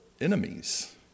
enemies